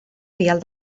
vial